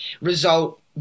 result